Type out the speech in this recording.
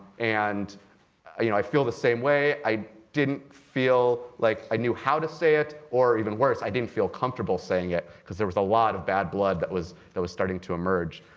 and i mean i feel the same way. i didn't feel like i knew how to say it, or, even worse, i didn't feel comfortable saying it, because there was a lot of bad blood that was that was starting to emerge.